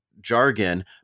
jargon